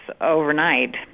overnight